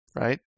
right